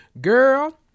Girl